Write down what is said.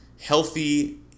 healthy